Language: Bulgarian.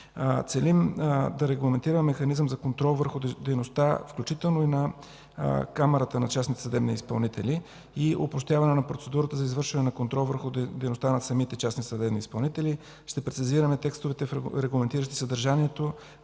Целим да регламентираме механизъм за контрол върху дейността, включително и на Камарата на частните съдебни изпълнители, и опростяване на процедурата за извършване на контрол върху дейността на самите частни съдебни изпълнители. Ще прецизираме текстовете, регламентиращи съдържанието,